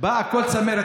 לא מסתכל,